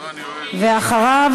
ואחריו,